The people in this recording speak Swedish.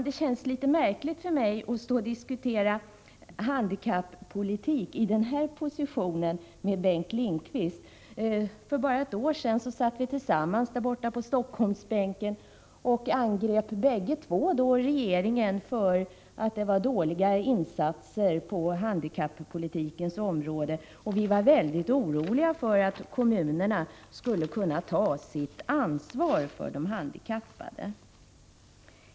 Det känns litet märkligt att från den här positionen diskutera handikappolitik med Bengt Lindqvist — för bara ett år sedan satt vi båda på kammarens Helsingforssbänk och angrep bägge regeringen för dess dåliga insatser på handikappolitikens område. Vi var då mycket oroliga för att kommunerna inte skulle kunna ta sitt ansvar för de handikappade.